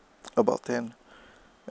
about ten